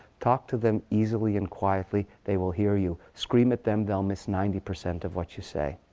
talk to them easily and quietly. they will hear you. scream at them, they'll miss ninety percent of what you say.